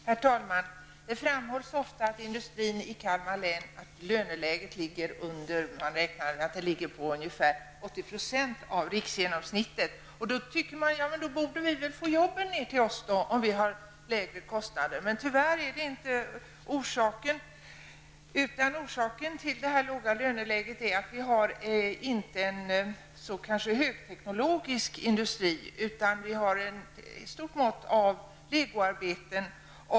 Herr talman! Det framhålls ofta att industrin i Kalmar län har ett löneläge som motsvarar ungefär 80 % av riksgenomsnittet. Om vi har lägre kostnader, borde vi få jobben. Tyvärr är det inte orsaken. Orsaken till det låga löneläget är att vi inte har högteknisk industri utan ett stort mått av legoarbeten.